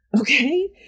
Okay